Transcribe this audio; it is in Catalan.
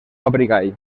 abrigall